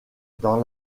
dans